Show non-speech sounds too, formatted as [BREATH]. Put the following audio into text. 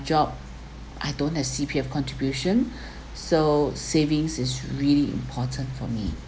job I don't have C_P_F contribution [BREATH] so savings is really important for me